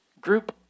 group